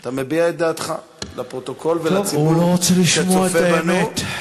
אתה מביע את דעתך, לפרוטוקול ולציבור שצופה בנו.